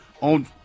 on